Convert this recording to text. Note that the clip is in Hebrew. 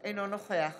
אינו נוכח